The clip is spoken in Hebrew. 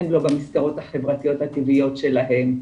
הם לא במסגרות החברתיות הטבעיות שלהם,